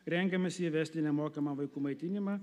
rengiamasi įvesti nemokamą vaikų maitinimą